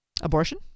abortion